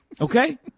Okay